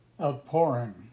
outpouring